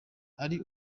ari